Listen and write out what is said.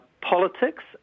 politics